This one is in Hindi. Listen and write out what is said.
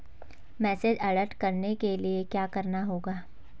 मैसेज अलर्ट करवाने के लिए क्या करना होगा?